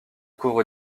couvre